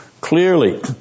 Clearly